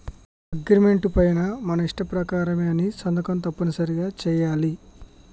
agreement పైన మన ఇష్ట ప్రకారమే అని సంతకం తప్పనిసరిగా చెయ్యాలి